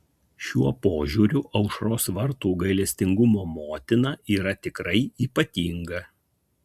šiuo požiūriu aušros vartų gailestingumo motina yra tikrai ypatinga